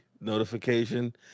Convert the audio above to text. notification